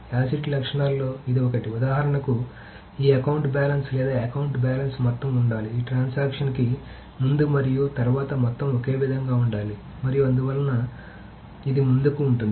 ACID లక్షణాలలో ఇది ఒకటి ఉదాహరణకు ఈ అకౌంట్ బ్యాలెన్స్ లేదా అకౌంట్ బ్యాలెన్స్ మొత్తం ఉండాలి ట్రాన్సాక్షన్ కి ముందు మరియు తరువాత మొత్తం ఒకే విధంగా ఉండాలి మరియు అందువలన మరియు ఇది ముందుకు ఉంటుంది